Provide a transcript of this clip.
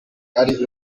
ari